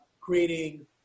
creating